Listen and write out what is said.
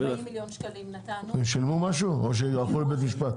הם שילמו משהו או שהלכו לבית משפט?